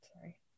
Sorry